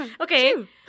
Okay